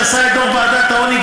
שעשה את דוח ועדת העוני,